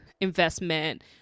investment